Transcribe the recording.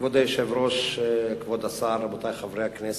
כבוד היושב-ראש, כבוד השר, רבותי חברי הכנסת,